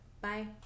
bye